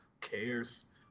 Cares